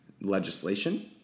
legislation